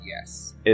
Yes